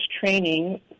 training